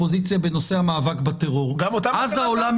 החיסרון הגדול הוא באמת שאנחנו לא היינו שותפים לכל המדרג של הענישה